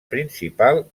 principal